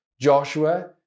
Joshua